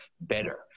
better